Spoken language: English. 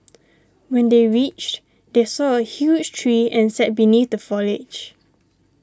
when they reached they saw a huge tree and sat beneath the foliage